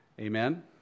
Amen